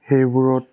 সেইবোৰত